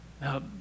Now